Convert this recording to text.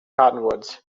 cottonwoods